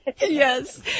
Yes